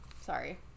sorry